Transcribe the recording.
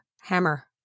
Hammer